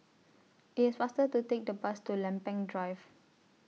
It's faster to Take The Bus to Lempeng Drive